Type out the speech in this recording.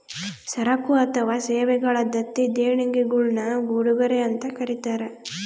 ಸರಕು ಅಥವಾ ಸೇವೆಗಳ ದತ್ತಿ ದೇಣಿಗೆಗುಳ್ನ ಉಡುಗೊರೆ ಅಂತ ಕರೀತಾರ